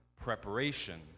preparation